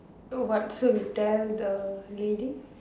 oh what so we tell the lady